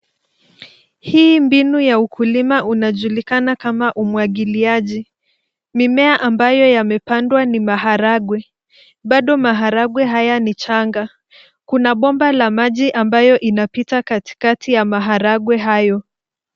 Hii mbinu ya ukulima unajulikana kama umwagiliaji. Mimea ambayo yamepandwa ni maharangwe. Bado maharangwe haya ni changa. Kuna bomba la maji ambayo inapita katikati ya maharangwe hayo.